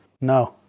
No